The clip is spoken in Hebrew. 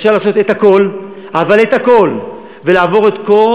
אפשר לעשות את הכול, אבל את הכול, ולעבור את כל